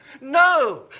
No